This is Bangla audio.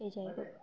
এই জায়গা